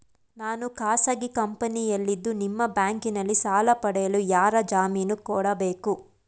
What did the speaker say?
ನಾನು ಖಾಸಗಿ ಕಂಪನಿಯಲ್ಲಿದ್ದು ನಿಮ್ಮ ಬ್ಯಾಂಕಿನಲ್ಲಿ ಸಾಲ ಪಡೆಯಲು ಯಾರ ಜಾಮೀನು ಕೊಡಬೇಕು?